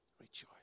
Rejoice